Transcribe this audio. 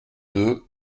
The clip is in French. deux